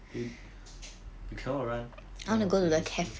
you you cannot run you want to play frisbee